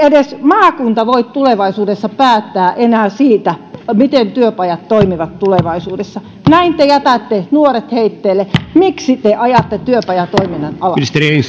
edes maakunta voi tulevaisuudessa päättää enää siitä miten työpajat toimivat tulevaisuudessa näin te jätätte nuoret heitteille miksi te ajatte työpajatoiminnan alas